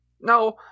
no